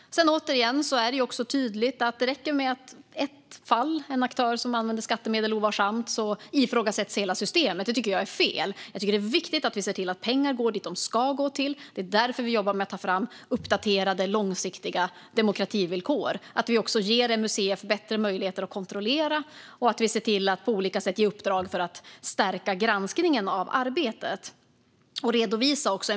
Återigen är det också tydligt att det räcker med att en enda aktör använder skattemedel ovarsamt för att hela systemet ska ifrågasättas. Det tycker jag är fel. Jag tycker att det är viktigt att vi ser till att pengar går dit de ska; det är därför vi jobbar med att ta fram uppdaterade, långsiktiga demokrativillkor. Vi ger också MUCF bättre möjligheter att kontrollera, och vi ser till att på olika sätt ge uppdrag för att stärka och redovisa granskningen av arbetet.